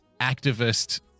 activist